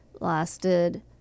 lasted